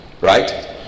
right